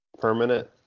permanent